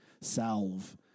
salve